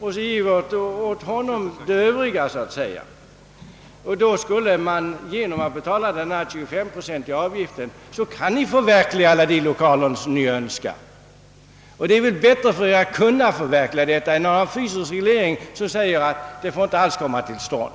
Och ge åt honom det övriga, så att säga; genom att betala denna 25-procentiga avgift kan herr Berglund och hans meningsfränder förverkliga de lokaler som de önskar. Det är väl bättre för dem att kunna förverkliga detta än att ha en fysisk reglering, som säger att byggnaden inte alls får komma till stånd.